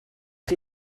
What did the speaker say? chi